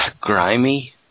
grimy